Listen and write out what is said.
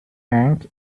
bank